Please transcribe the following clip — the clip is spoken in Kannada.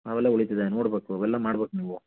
ಅವೆಲ್ಲ ಉಳಿತದೆ ನೋಡ್ಬೇಕು ಅವೆಲ್ಲ ಮಾಡ್ಬೇಕು ನೀವು